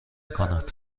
کند